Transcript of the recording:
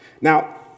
Now